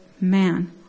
man